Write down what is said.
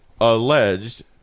alleged